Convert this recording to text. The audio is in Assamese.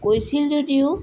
কৈছিল যদিও